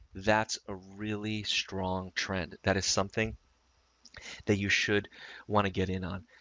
that's a really strong trend. that is something that you should want to get in on.